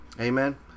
Amen